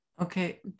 okay